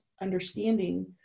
understanding